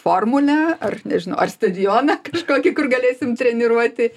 formulę ar nežinau ar stadioną kažkokį kur galėsim treniruoti